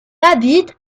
habite